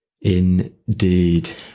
Indeed